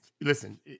Listen